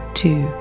two